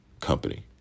company